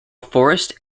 forest